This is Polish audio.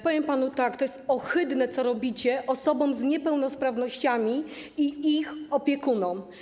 Powiem panu tak: To jest ohydne, co robicie osobom z niepełnosprawnościami i ich opiekunom.